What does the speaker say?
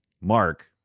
mark